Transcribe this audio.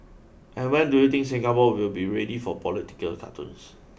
and when do you think Singapore will be ready for political cartoons